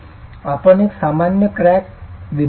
आपण एक सामान्य क्रॉस विभाग पहा